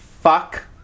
fuck